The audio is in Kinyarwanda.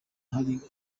hari